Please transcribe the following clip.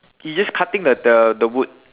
he's just cutting the the wood